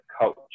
coach